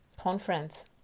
conference